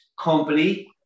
company